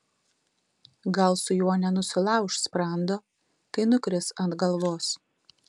gal su juo nenusilauš sprando kai nukris ant galvos